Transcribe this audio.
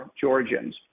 Georgians